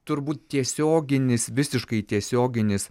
turbūt tiesioginis visiškai tiesioginis